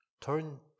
Turn